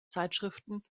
zeitschriften